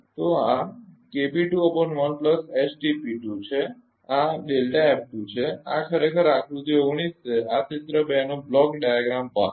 તો આ છે આ છે આ ખરેખર આકૃતિ 19 છે આ ક્ષેત્ર 2 નો બ્લોક ડાયાગ્રામ ભાગ છે